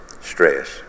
Stress